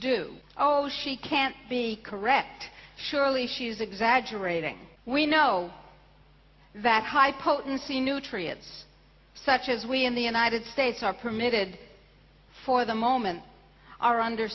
do oh she can't be correct surely she's exaggerating we know that high potency nutrients such as we in the united states are permitted for the moment are under